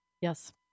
Yes